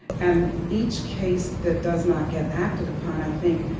and each case that does not get acted upon, i think,